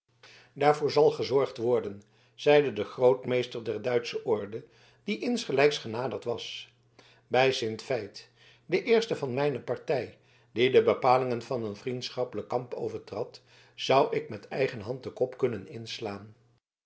daarvoor zal gezorgd worden zeide de grootmeester der duitsche orde die insgelijks genaderd was bij sint veit de eerste van mijne partij die de bepalingen van een vriendschappelijken kamp overtrad zou ik met eigen hand den kop kunnen inslaan